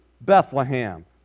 Bethlehem